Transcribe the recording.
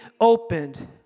opened